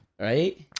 Right